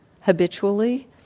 habitually